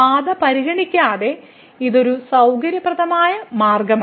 പാത പരിഗണിക്കാതെ ഇത് മറ്റൊരു സൌകര്യപ്രദമായ മാർഗമാണ്